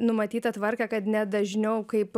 numatytą tvarką kad ne dažniau kaip